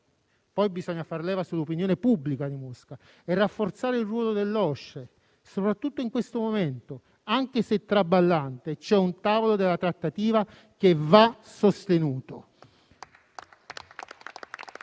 Bisogna poi fare leva sull'opinione pubblica di Mosca e rafforzare il ruolo dell'OSCE, soprattutto in questo momento: anche se traballante, c'è un tavolo della trattativa che va sostenuto.